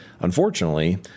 unfortunately